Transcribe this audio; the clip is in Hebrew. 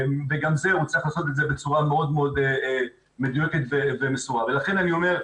וגם זה הוא צריך לעשות את זה בצורה מאוד מדויקת ו- -- לכן אני אומר,